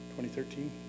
2013